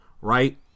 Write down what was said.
right